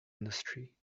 industry